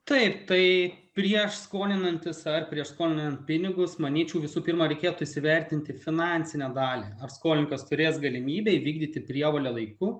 taip tai prieš skolinantis ar prieš skolinant pinigus manyčiau visų pirma reikėtų įsivertinti finansinę dalį ar skolininkas turės galimybę įvykdyti prievolę laiku